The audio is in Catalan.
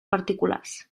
particulars